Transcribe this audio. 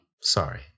Sorry